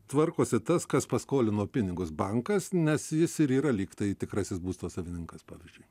tvarkosi tas kas paskolino pinigus bankas nes jis ir yra lyg tai tikrasis būsto savininkas pavyzdžiui